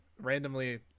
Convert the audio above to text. randomly